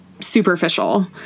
superficial